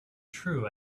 true